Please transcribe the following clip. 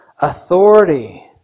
Authority